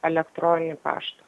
elektroninį paštą